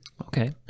Okay